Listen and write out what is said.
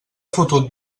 fotut